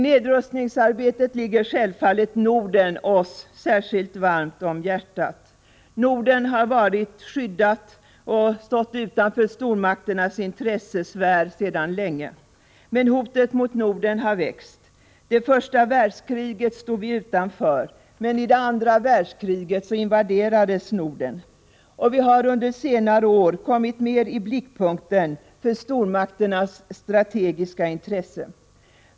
I nedrustningsarbetet ligger självfallet Norden oss särskilt varmt om hjärtat. Norden har varit skyddat och stått utanför stormakternas intressesfär sedan länge, men hotet mot Norden har växt. Det första världskriget stod vi utanför, men i det andra världskriget invaderades Norden. Och vi har under senare år kommit mer i blickpunkten för stormakternas strategiska intressen.